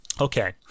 okay